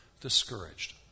discouraged